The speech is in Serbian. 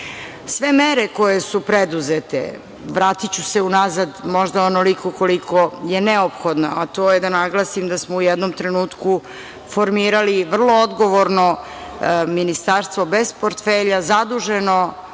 mere koje su preduzete, vratiću se unazad možda onoliko koliko je neophodna, a to je da naglasim da smo u jednom trenutku formirali vrlo odgovorno Ministarstvo bez portfelja zaduženo